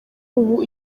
ubu